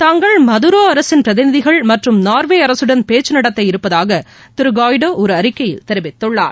தாங்கள் மதுரோ அரசின் பிரதிநிதிகள் மற்றும் நார்வே அரசுடன் பேச்சு நடத்தவிருப்பதாக திரு காய்டோ ஒரு அறிக்கையில் தெரிவித்துள்ளார்